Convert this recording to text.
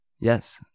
Yes